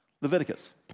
Leviticus